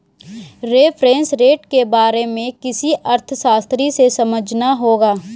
reference rate के बारे में किसी अर्थशास्त्री से समझना होगा